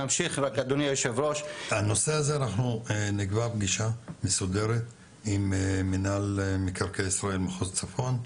הנושא הזה אנחנו נקבע פגישה מסודרת עם מינהל מקרקעי ישראל מחוז צפון,